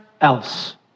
else